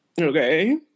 Okay